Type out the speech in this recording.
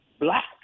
black